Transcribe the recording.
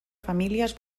famílies